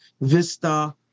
vista